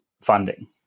funding